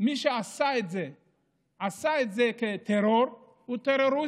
מי שעשה את זה עשה את זה כטרור, הוא טרוריסט,